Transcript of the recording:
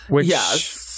yes